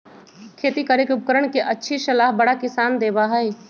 खेती करे के उपकरण के अच्छी सलाह बड़ा किसान देबा हई